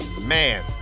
Man